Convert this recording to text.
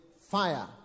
fire